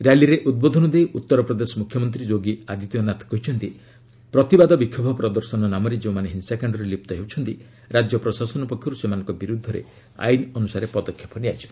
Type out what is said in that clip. ର୍ୟାଲିରେ ଉଦ୍ବୋଧନ ଦେଇ ଉତ୍ତରପ୍ରଦେଶ ମୁଖ୍ୟମନ୍ତ୍ରୀ ଯୋଗୀ ଆଦିତ୍ୟନାଥ କହିଛନ୍ତି ପ୍ରତିବାଦ ବିକ୍ଷୋଭ ପ୍ରଦର୍ଶନ ନାମରେ ଯେଉଁମାନେ ହିଂସାକାଣ୍ଡରେ ଲିପ୍ତ ହେଉଛନ୍ତି ରାଜ୍ୟ ପ୍ରଶାସନ ପକ୍ଷରୁ ସେମାନଙ୍କ ବିରୁଦ୍ଧରେ ଆଇନ ଅନୁସାରେ ପଦକ୍ଷେପ ନିଆଯିବ